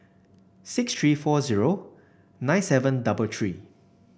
six three four zero nine seven double three